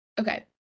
Okay